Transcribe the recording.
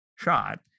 shot